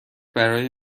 برای